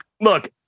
Look